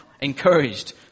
encouraged